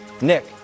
Nick